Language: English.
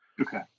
Okay